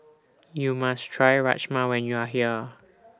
YOU must Try Rajma when YOU Are here